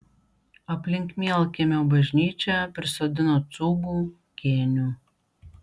aplink mielkiemio bažnyčią prisodino cūgų kėnių